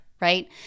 right